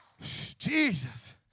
Jesus